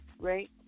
right